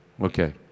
Okay